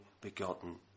begotten